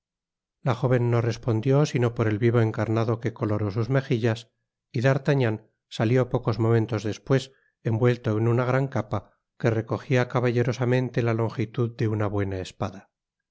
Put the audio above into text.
la jóven no respondió sino por el vivo encarnado que coloró sus mejillas y i d'artagnan salió pocos momentos despues envuelto en una gran capa que recogía caballerosamente la longitud de una buena espada